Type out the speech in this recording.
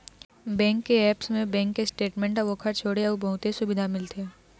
bank के apps म bank के स्टेटमेंट अउ ओखर छोड़े अउ बहुते सुबिधा मिलथे